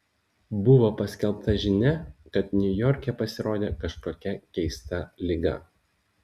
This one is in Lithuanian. buvo paskelbta žinia kad niujorke pasirodė kažkokia keista liga